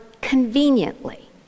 conveniently